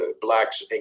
Blacks